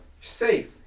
safe